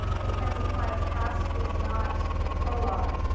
in terms of climate, past is not prologue.